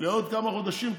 עוד כמה חודשים,